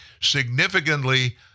Significantly